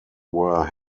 were